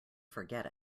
forget